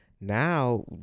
now